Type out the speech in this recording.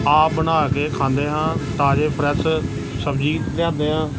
ਆਪ ਬਣਾ ਕੇ ਖਾਂਦੇ ਹਾਂ ਤਾਜੇ ਫਰੈੱਸ਼ ਸਬਜ਼ੀ ਲਿਆਉਂਦੇ ਹਾਂ